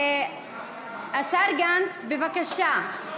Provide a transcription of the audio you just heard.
השר גנץ, בבקשה.